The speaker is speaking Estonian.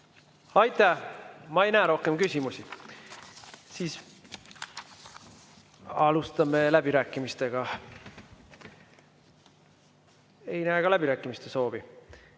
Aitäh! Ma ei näe rohkem küsimusi. Alustame läbirääkimisi. Ei näe ka läbirääkimiste soovi.